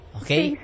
okay